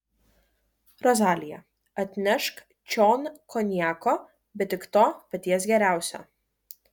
rozalija atnešk čion konjako bet tik to paties geriausiojo